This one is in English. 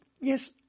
yes